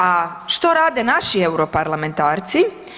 A što rade naši europarlamentarci?